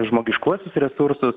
žmogiškuosius resursus